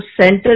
center